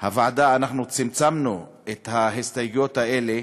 הוועדה צמצמנו את ההסתייגויות האלה